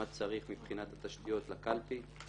מה צריך מבחינת התשתיות לקלפי,